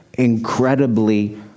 Incredibly